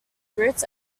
fruits